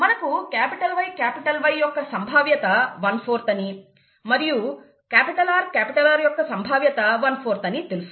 మనకు YY యొక్క సంభావ్యత ¼ అని మరియు RR యొక్క సంభావ్యత ¼ అని తెలుసు